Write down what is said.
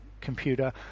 Computer